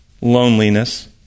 loneliness